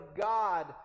God